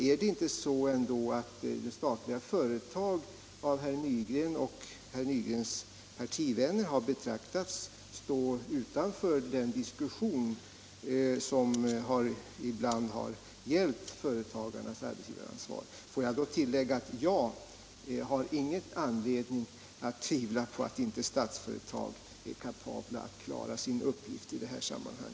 Är det ändå inte så att Statsföretag av herr Nygren och hans partivänner har betraktats som stående utanför den diskussion som ibland har gällt företagarnas arbetsgivaransvar? Jag vill tillägga att jag själv inte har någon anledning att tvivla på att man i Statsföretag är kapabel att klara sin uppgift i detta sammanhang.